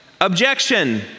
Objection